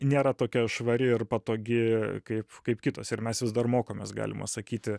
nėra tokia švari ir patogi kaip kaip kitos ir mes vis dar mokomės galima sakyti